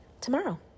tomorrow